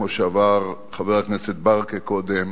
כמו שאמר חבר הכנסת ברכה קודם,